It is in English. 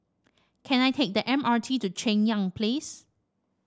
can I take the M R T to Cheng Yan Place